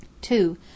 Two